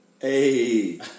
Hey